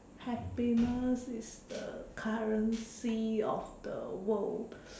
happiness is the currency of the world